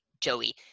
Joey